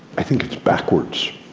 i think it's backwards.